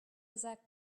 zach